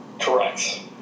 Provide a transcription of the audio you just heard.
Correct